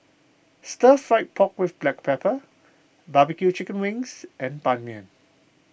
Stir Fried Pork with Black Pepper Barbecue Chicken Wings and Ban Mian